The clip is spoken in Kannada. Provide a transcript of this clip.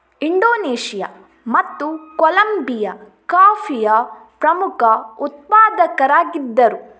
ಇಂಡೋನೇಷಿಯಾ ಮತ್ತು ಕೊಲಂಬಿಯಾ ಕಾಫಿಯ ಪ್ರಮುಖ ಉತ್ಪಾದಕರಾಗಿದ್ದರು